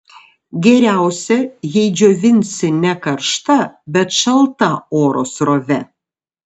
geriausia jei džiovinsi ne karšta bet šalta oro srove